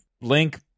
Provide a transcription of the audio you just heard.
Link